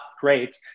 great